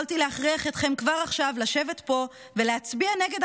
יכולתי להכריח אתכם כבר עכשיו לשבת פה ולהצביע נגד